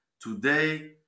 Today